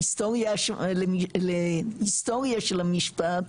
להיסטוריה של המשפט,